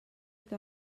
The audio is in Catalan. que